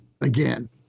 again